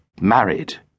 married